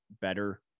better